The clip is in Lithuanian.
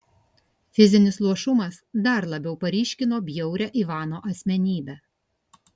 fizinis luošumas dar labiau paryškino bjaurią ivano asmenybę